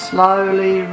Slowly